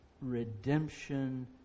redemption